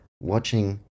watching